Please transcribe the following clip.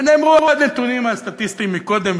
ונאמרו עוד נתונים סטטיסטיים קודם,